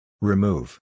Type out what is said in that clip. Remove